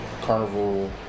Carnival